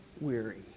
weary